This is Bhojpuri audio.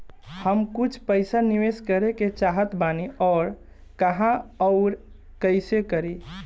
हम कुछ पइसा निवेश करे के चाहत बानी और कहाँअउर कइसे करी?